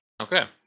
Okay